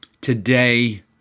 Today